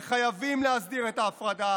וחייבים להסדיר את ההפרדה